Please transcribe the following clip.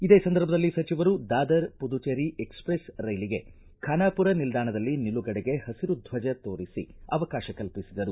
ಇದೇ ಸಂದರ್ಭದಲ್ಲಿ ಸಚಿವರು ದಾದರ್ ಮದುಚೆರಿ ಎಕ್ಸಪ್ರೆಸ್ ರೈಲಿಗೆ ಖಾನಾಪುರ ನಿಲ್ದಾಣದಲ್ಲಿ ನಿಲುಗಡೆಗೆ ಹಸಿರು ದ್ವಜ ತೋರಿಸಿ ಅವಕಾಶ ಕಲ್ಪಿಸಿದರು